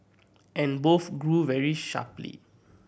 and both grew very sharply